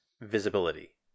visibility